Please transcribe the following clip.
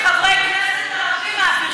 חברי כנסת ערבים מעבירים להם טלפונים.